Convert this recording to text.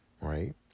right